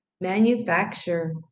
Manufacture